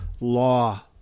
law